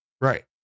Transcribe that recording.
Right